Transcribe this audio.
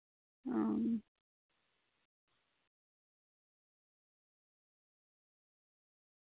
ᱚ